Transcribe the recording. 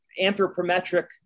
anthropometric